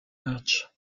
arch